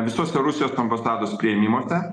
visuose rusijos ambasados priėmimuose